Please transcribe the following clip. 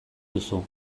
duzu